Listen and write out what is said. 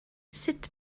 sut